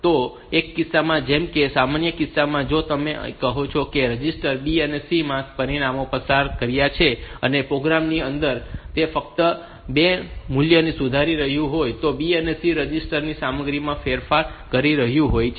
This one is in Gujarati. તો એક કિસ્સામાં જેમ કે સામાન્ય કિસ્સામાં જો તમે કહો કે મેં રજિસ્ટર B અને C માંથી પરિમાણો પસાર કર્યા છે અને પ્રોગ્રામ ની અંદર તે ફક્ત તે મૂલ્યોને સુધારી રહ્યું છે તો તે B અને C રજિસ્ટર ની સામગ્રીમાં ફેરફાર કરી રહ્યું હોય છે